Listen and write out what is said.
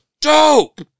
dope